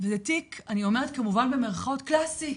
וזה תיק, אני אומרת כמובן במרכאות "קלאסי".